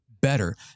better